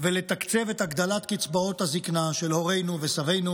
ולתקצב את הגדלת קצבאות הזקנה של הורינו וסבינו